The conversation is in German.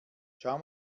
schau